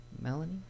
melanie